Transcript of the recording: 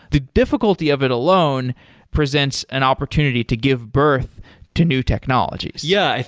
the difficulty of it alone presents an opportunity to give birth to new technologies. yeah,